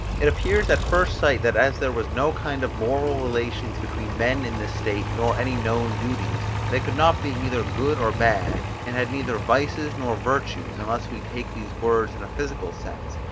it appears at first sight that, as there was no kind of moral relations between men in this state, nor any known duties, they could not be either good or bad, and had neither vices nor virtues, unless we take these words in a physical sense,